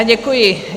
Děkuji.